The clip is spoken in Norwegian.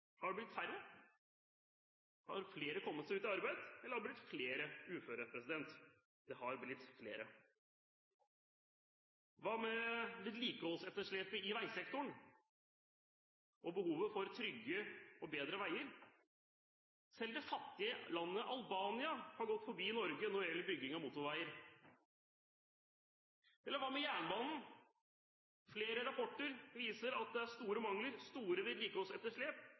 Har det blitt færre? Har flere kommet seg ut i arbeid, eller har flere blitt uføre? Det har blitt flere. Hva med vedlikeholdsetterslepet i veisektoren og behovet for trygge og bedre veier? Selv det fattige landet Albania har gått forbi Norge når det gjelder bygging av motorveier. Hva med jernbanen? Flere rapporter viser at det er store mangler, stort vedlikeholdsetterslep